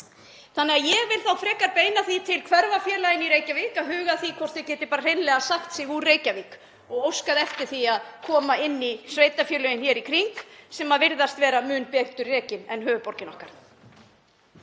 Seltirninga. Ég vil þá frekar beina því til hverfafélaganna í Reykjavík að huga að því hvort þau geti bara hreinlega sagt sig úr Reykjavík og óskað eftir því að koma inn í sveitarfélögin hér í kring sem virðast vera mun betur rekin en höfuðborgin okkar.